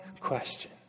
question